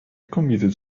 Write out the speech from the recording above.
committed